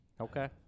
Okay